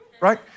Right